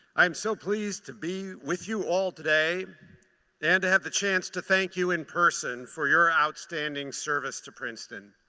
i'm so pleased to be with you all today and to have the chance to thank you in person for your outstanding service to princeton.